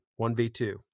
1v2